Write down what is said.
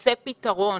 שיימצא פתרון.